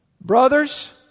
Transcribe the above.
Brothers